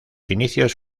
inicios